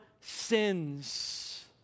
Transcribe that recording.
sins